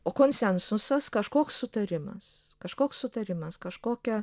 o konsensusas kažkoks sutarimas kažkoks sutarimas kažkokia